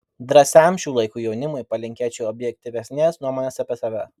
drąsiam šių laikų jaunimui palinkėčiau objektyvesnės nuomonės apie save